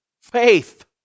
faith